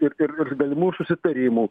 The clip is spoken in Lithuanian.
ir ir ir galimų susitarimų